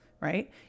right